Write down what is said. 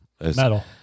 metal